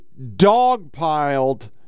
dogpiled